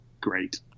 great